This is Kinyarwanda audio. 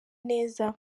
neza